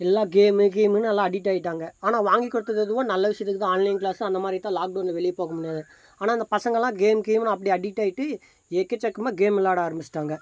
எல்லா கேமு கேமுன்னு எல்லாம் அடிக்ட்டாகிட்டாங்க ஆனால் வாங்கி கொடுத்தது என்னமோ நல்ல விஷயத்துக்கு தான் ஆன்லைன் கிளாஸ் தான் அந்த மாதிரி தான் லாக்டவுனில் வெளியே போக முடியாது ஆனால் இந்த பசங்கெல்லாம் கேம் கேமுன்னு அப்படியே அடிக்ட்டாகிட்டு எக்கச்சக்கமாக கேம் விளாட ஆரம்பிச்சுட்டாங்க